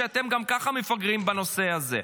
גם ככה אתם מפגרים בנושא הזה.